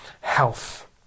health